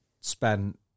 spent